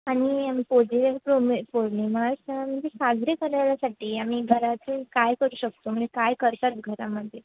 आणि पौर्णिमा साजरे करायसाठी आम्ही घराचे काय करू शकतो म्हणजे काय करतात घरामध्ये